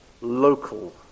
local